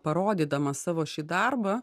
parodydamas savo šį darbą